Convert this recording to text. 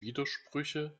widersprüche